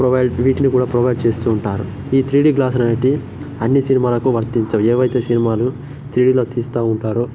provide వీటిని కూడా provide చేస్తూ ఉంటారు ఈ త్రీడి గ్లాసెలనేటివి అన్ని సినిమాలకు వర్తించవు ఏవయితే సినిమాలు త్రీడిలో తీస్తూ ఉంటారో